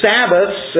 Sabbaths